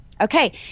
Okay